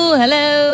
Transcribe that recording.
hello